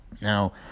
Now